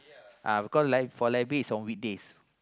uh because lie for library is on weekdays